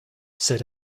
said